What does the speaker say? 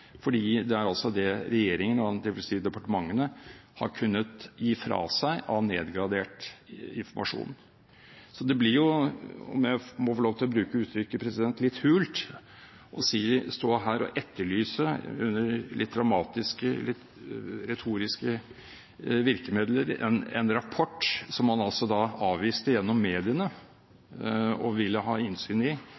fordi det er det regjeringen, dvs. departementene, har kunnet gi fra seg av nedgradert informasjon. Det blir, om jeg får lov til å bruke det uttrykket, litt hult å stå her og etterlyse, med litt dramatiske retoriske virkemidler, en rapport som man avviste å ville ha innsyn i, gjennom mediene